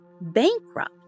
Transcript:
bankrupt